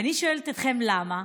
ואני שואלת אתכם: למה?